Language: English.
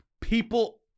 people